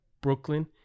Brooklyn